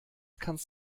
kannst